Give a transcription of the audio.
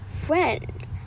friend